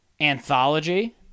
anthology